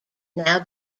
now